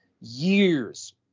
years